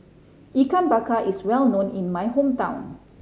Ikan Bakar is well known in my hometown